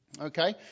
Okay